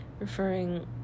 referring